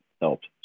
helped